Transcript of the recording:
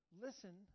listen